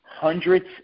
hundreds